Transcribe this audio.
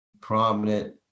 prominent